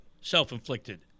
self-inflicted